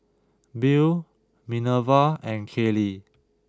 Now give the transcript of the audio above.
Bill Minerva and Kalie